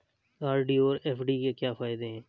RD और FD के क्या फायदे हैं?